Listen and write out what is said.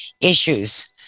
issues